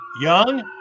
Young